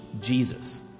Jesus